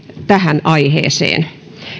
tähän aiheeseen